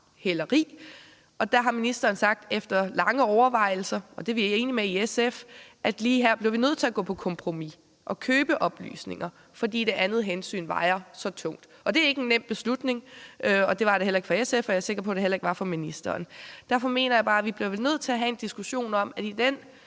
hæleri. Der har ministeren efter lange overvejelser sagt – og det er vi enige i i SF – at lige her bliver vi nødt til at gå på kompromis og købe oplysninger, fordi det andet hensyn vejer så tungt. Det er ikke en nem beslutning. Det var det ikke for SF, og jeg er sikker på, at det heller ikke var det for ministeren. Derfor mener jeg bare, at i den situation, hvor nogle ønsker at bryde